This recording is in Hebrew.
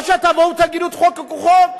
או שתבואו ותגידו: חוק הוא חוק,